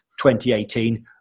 2018